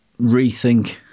rethink